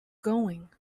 going